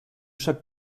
chaque